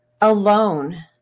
alone